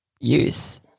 use